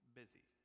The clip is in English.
busy